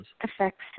affects